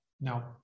Now